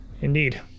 Indeed